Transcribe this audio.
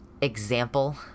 example